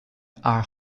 are